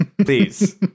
Please